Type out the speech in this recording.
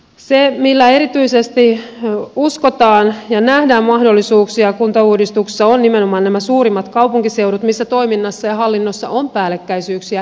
se missä erityisesti uskotaan ja nähdään mahdollisuuksia kuntauudistuksessa on nimenomaan nämä suurimmat kaupunkiseudut missä toiminnassa ja hallinnossa on päällekkäisyyksiä